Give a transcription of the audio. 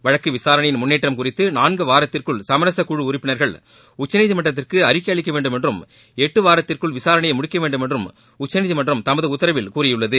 வழக்கு விசாரணையின் முன்னேற்றம் குறித்து நான்கு வாரத்திற்குள் சமரச குழு உறுப்பினர்கள் உச்சநீதிமன்றத்திற்கு அறிக்கை அளிக்க வேண்டுமென்றும் எட்டு வாரத்திற்குள் விசாரணையை முடிக்க வேண்டுமென்றும் உச்சநீதிமன்றம் தமது உத்தரவில் கூறியுள்ளது